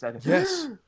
yes